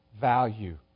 value